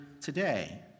today